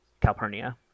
Calpurnia